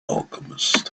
alchemist